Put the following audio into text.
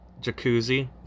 Jacuzzi